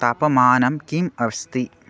तापमानं किम् अस्ति